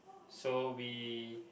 so we